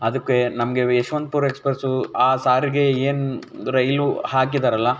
ಅದಕ್ಕೆ ನಮಗೆ ಯಶ್ವಂತಪುರ ಎಕ್ಸ್ಪ್ರೆಸ್ಸು ಆ ಸಾರಿಗೆ ಏನು ರೈಲು ಹಾಕಿದರಲ್ಲ